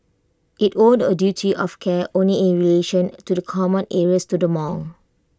IT owed A duty of care only in relation to the common areas to the mall